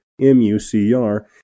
MUCR